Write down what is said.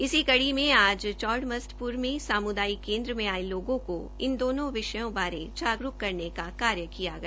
इसी कड़ी में आज चौड़ मस्तपुर में सामुदायिक केन्द्र में आये लोगों को इन दोनो विषयों बारे जागुरूक करने का कार्य किया गया